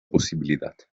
posibilidad